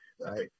right